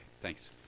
Thanks